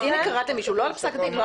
אוקיי, אז אם קראתם למישהו לא על פי פסק דין?